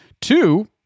Two